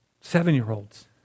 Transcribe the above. seven-year-olds